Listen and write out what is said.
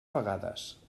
vegades